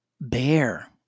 bear